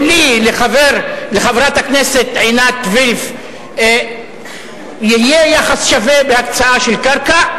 או לי ולחברת הכנסת עינת וילף יהיה יחס שווה בהקצאה של קרקע,